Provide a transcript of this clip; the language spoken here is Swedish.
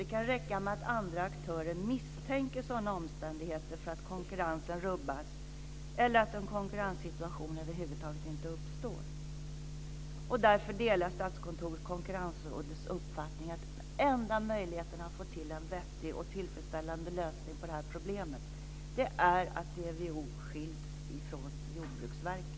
Det kan räcka med att andra aktörer misstänker sådana omständigheter för att konkurrensen ska rubbas eller för att en konkurrenssituation över huvud taget inte ska uppstå. Därför delar Statskontoret uppfattningen att den enda möjligheten att få till stånd en vettig och tillfredsställande lösning på det här problemet är att DVO skiljs från Jordbruksverket.